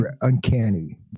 uncanny